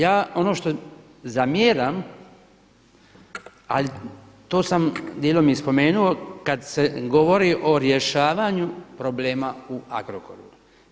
Ja vam, ja ono što zamjeram, ali to sam dijelom i spomenuo kad se govori o rješavanju problema u Agrokoru.